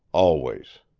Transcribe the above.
always.